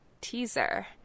teaser